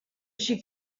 she